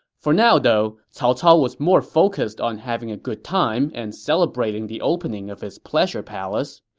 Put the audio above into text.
for now, though, cao cao was more focused on having a good time and celebrating the opening of his pleasure palace.